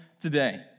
today